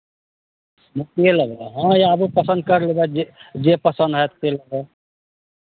मोतिए लेबै हँ आबू पसन्द करि लेबै जे जे पसन्द आयत से लेबै